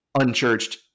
unchurched